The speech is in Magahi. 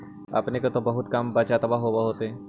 अपने के तो बहुते कम बचतबा होब होथिं?